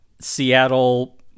seattle